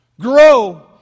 grow